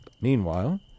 Meanwhile